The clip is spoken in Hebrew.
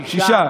שישה,